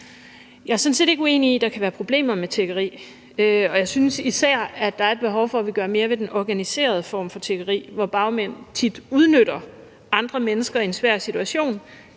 Jeg er sådan set ikke uenig i, at der kan være problemer med tiggeri. Og jeg synes især, at der er et behov for, at vi gør mere ved den organiserede form for tiggeri, hvor bagmænd tit udnytter andre mennesker i en svær situation